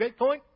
Bitcoin